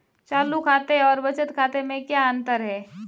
चालू खाते और बचत खाते में क्या अंतर है?